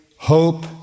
hope